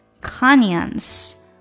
canyons